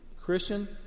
Christian